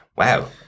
Wow